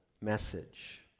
message